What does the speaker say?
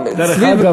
דרך אגב,